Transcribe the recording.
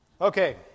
Okay